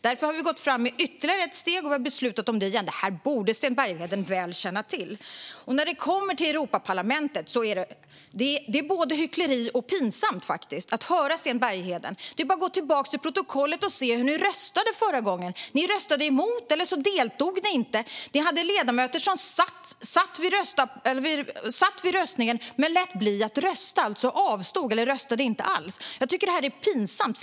Därför har vi gått fram med ytterligare ett steg, och vi har beslutat om det igen. Detta borde Sten Bergheden väl känna till. När det kommer till Europaparlamentet är det pinsamt att höra Sten Berghedens hycklande. Det är bara att gå till protokollet och se hur ni röstade förra gången. Ni röstade emot, eller så deltog ni inte i beslutet. Ni hade ledamöter som var närvarande vid röstningen men lät bli att rösta. De avstod - de röstade inte alls! Jag tycker att det är pinsamt.